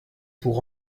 pour